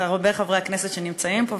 חברי הכנסת שנמצאים פה,